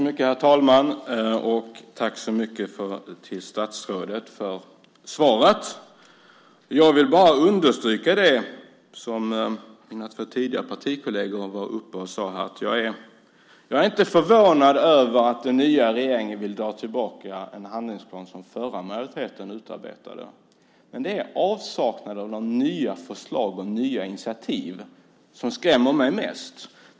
Herr talman! Jag tackar statsrådet så mycket för svaret. Jag vill bara understryka det som mina två partikolleger tidigare sade här. Jag är inte förvånad över att den nya regeringen vill dra tillbaka en handlingsplan som förra majoriteten utarbetade. Men det är avsaknaden av nya förslag och nya initiativ som skrämmer mig mest.